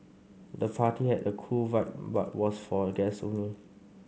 the party had a cool vibe but was for guest only